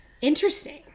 Interesting